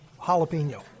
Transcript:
jalapeno